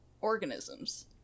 organisms